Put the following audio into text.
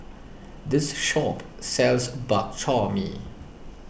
this shop sells Bak Chor Mee